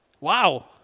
Wow